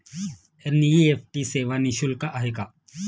NEFT सेवा निःशुल्क आहे का?